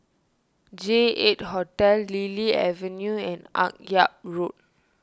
J eight Hotel Lily Avenue and Akyab Road